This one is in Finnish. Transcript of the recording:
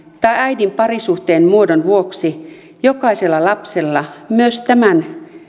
tai äidin parisuhteen muodosta riippumatta jokaisella lapsella myös tämän